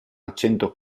accento